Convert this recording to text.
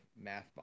math